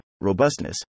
robustness